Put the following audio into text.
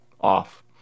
off